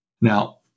Now